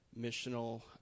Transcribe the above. missional